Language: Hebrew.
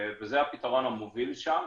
וזה הפתרון המוביל שם.